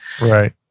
right